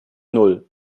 null